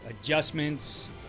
adjustments